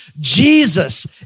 Jesus